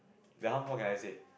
then how what can I say